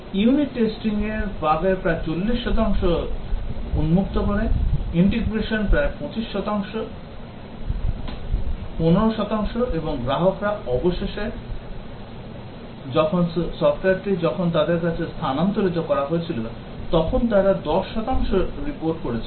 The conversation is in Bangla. Unit testing বাগের প্রায় 40 শতাংশ উন্মুক্ত করে integration প্রায় 25 শতাংশ system testing 15 শতাংশ এবং গ্রাহকরা অবশেষে যখন সফ্টওয়্যারটি যখন তাদের কাছে স্থানান্তরিত করা হয়েছিল তখন তারা 10 শতাংশ রিপোর্ট করেছিল